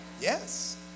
yes